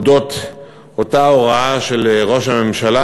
על אותה הוראה של ראש הממשלה